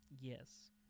Yes